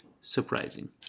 surprising